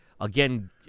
again